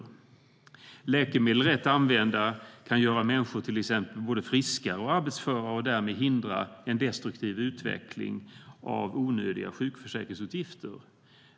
Läkemedel, rätt använda, kan till exempel göra människor både friskare och mer arbetsföra och därmed hindra en destruktiv utveckling av onödiga sjukförsäkringsutgifter.